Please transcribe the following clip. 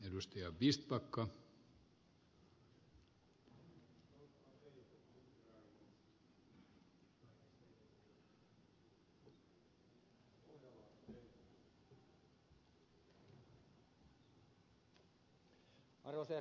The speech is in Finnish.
arvoisa herra puhemies